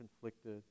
conflicted